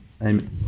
Amen